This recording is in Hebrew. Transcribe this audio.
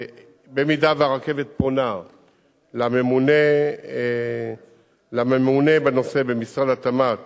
אם הרכבת פונה לממונה בנושא במשרד התמ"ת,